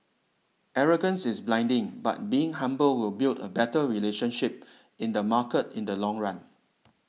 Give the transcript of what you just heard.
arrogance is blinding but being humble will build a better relationship in the market in the long run